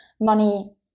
money